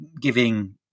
giving